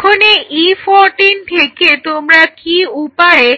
এখন এই E14 থেকে তোমরা কি উপায়ে